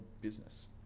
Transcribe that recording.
business